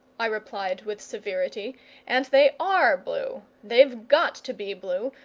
i replied with severity and they are blue. they've got to be blue,